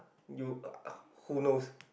you uh uh who knows